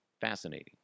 Fascinating